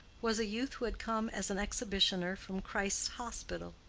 was a youth who had come as an exhibitioner from christ's hospital,